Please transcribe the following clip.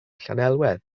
llanelwedd